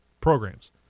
programs